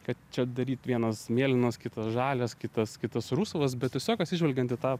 kad čia daryt vienas mėlynas kitas žalias kitas kitas rusvas bet tiesiog atsižvelgiant į tą